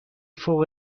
فوق